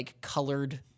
colored